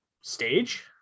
stage –